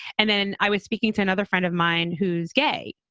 and then i was speaking to another friend of mine who's gay,